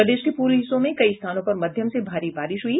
प्रदेश के पूर्वी हिस्सों में कई स्थानों पर मध्यम से भारी बारिश हुई